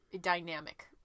dynamic